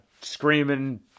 screaming